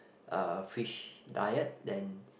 uh fish diet than